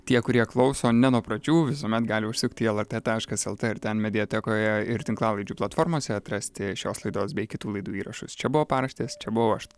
tie kurie klauso ne nuo pradžių visuomet gali užsukti į lrt taškas lt ir ten mediatekoje ir tinklalaidžių platformose atrasti šios laidos bei kitų laidų įrašus čia buvo paraštės čia buvau aš